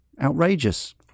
outrageous